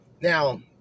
now